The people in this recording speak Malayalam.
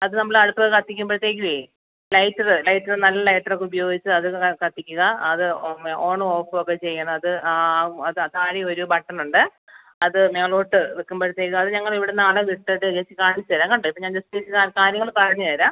അത് നമ്മൾ അടുപ്പിൽ കത്തിക്കുമ്പഴത്തേക്കുവേ ലൈറ്ററ് ലൈറ്ററ് നല്ല ലൈറ്ററൊക്കെ ഉപയോഗിച്ച് അത് കത്തിക്കുക അത് ഓണുവോഫുവൊക്കെ ചെയ്യണം അത് അത് താഴെ ഒരു ബട്ടണുണ്ട് അത് മേളോട്ട് വെക്കുമ്പഴത്തേക്കും അത് ഞങ്ങൾ ഇവിടുന്ന് ആളെ വിട്ടിട്ട് ചേച്ചി കാണിച്ചുതരാ കേട്ടോ ഇപ്പം ഞാൻ ജസ്റ്റ് ചേച്ചിക്ക് കാര്യങ്ങൾ പറഞ്ഞുതരാം